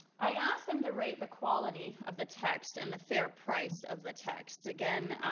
i asked them to rate the quality of the text and the fair price of the texts, again,